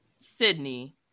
Sydney